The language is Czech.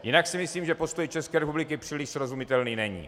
Jinak si myslím, že postoj České republiky příliš srozumitelný není.